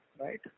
right